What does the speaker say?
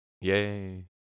yay